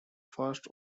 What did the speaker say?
first